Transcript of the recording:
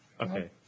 Okay